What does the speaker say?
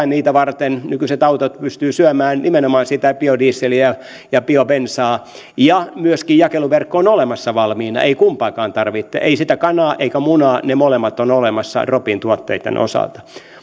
niitä varten nykyiset autot pystyvät syömään nimenomaan sitä biodieseliä ja biobensaa ja myöskin jakeluverkko on olemassa valmiina ei tarvitse kumpaakaan ei sitä kanaa eikä munaa molemmat ovat olemassa drop in tuotteitten osalta mutta nämä drop in